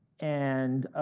and